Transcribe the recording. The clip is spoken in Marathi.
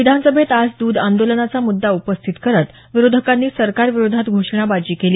विधान सभेत आज द्ध आंदोलनाचा मुद्दा उपस्थित करत विरोधकांनी सरकार विरोधात घोषणाबाजी केली